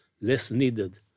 less-needed